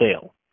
sale